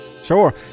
Sure